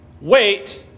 wait